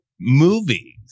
movies